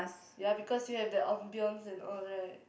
ya because you have the ambience and all right